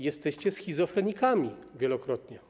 Jesteście schizofrenikami wielokrotnie.